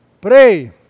Pray